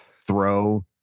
throw